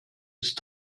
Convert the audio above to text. ist